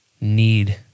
need